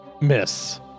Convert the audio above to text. Miss